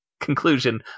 conclusion